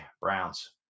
Browns